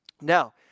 Now